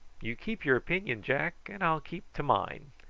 you keep your opinion, jack, and i'll keep to mine.